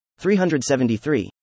373